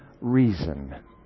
reason